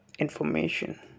Information